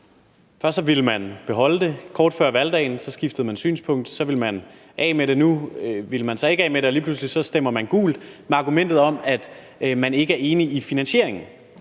Først ville man beholde det; kort før valgdagen skiftede man synspunkt, så man ville af med det; nu vil man så ikke af med det; og lige pludselig stemmer man gult med argumentet om, at man ikke er enig i finansieringen.